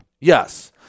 Yes